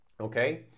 okay